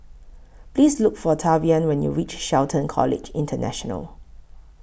Please Look For Tavian when YOU REACH Shelton College International